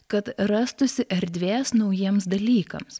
kad rastųsi erdvės naujiems dalykams